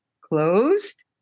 closed